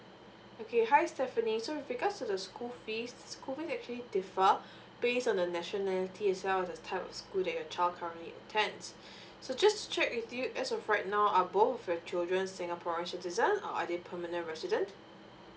okay hi stephanie so because of the school fees school fees actually differ based on the nationality itself and the type of school that your child currently attends so just check with you as of right now are both your children singaporeans citizen or are they permanent resident